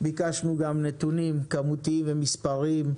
ביקשנו גם נתונים כמותיים ומספריים,